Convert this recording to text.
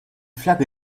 flagge